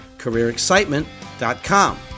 CareerExcitement.com